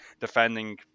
defending